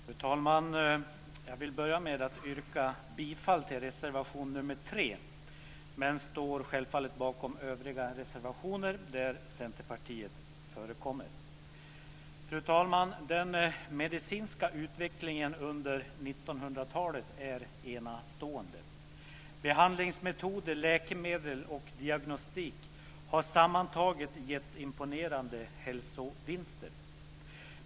Fru talman! Jag vill börja med att yrka bifall till reservation nr 3, men jag står självfallet bakom övriga reservationer där Centerpartiet förekommer. Fru talman! Den medicinska utvecklingen under 1900-talet är enastående. Behandlingsmetoder, läkemedel och diagnostik har sammantaget gett imponerande hälsovinster.